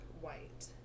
white